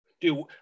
Dude